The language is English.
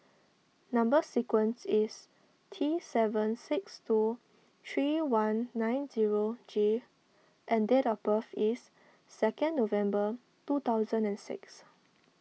Number Sequence is T seven six two three one nine zero G and date of birth is second November two thousand and six